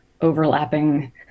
overlapping